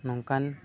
ᱱᱚᱝᱠᱟᱱ